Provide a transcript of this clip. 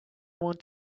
want